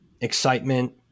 excitement